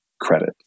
credit